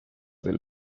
del